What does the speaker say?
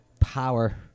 power